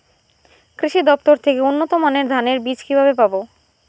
কৃষি দফতর থেকে উন্নত মানের ধানের বীজ কিভাবে পাব?